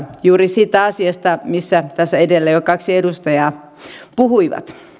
juuri siitä asiasta tässä edellä jo kaksi edustajaa puhui